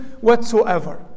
whatsoever